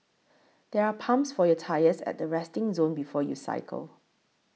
there are pumps for your tyres at the resting zone before you cycle